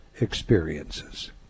experiences